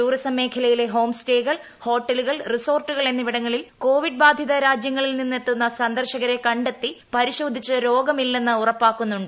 tourism മേഖലയിലെ ഹ്മോംസ്റ്റേകൾ ഹോട്ടലുകൾ റിസോർട്ടുകൾ എന്നിവിടങ്ങളിൽ കോവിഡ് ബാധിതരാജ്യങ്ങളിൽ നിന്നെത്തുന്ന സന്ദർശകരെ കണ്ടെത്തി പരിശോധിച്ച് രോഗം ഇല്ലെന്ന് ഉറപ്പാക്കുന്നുണ്ട്